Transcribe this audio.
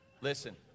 Listen